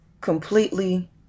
completely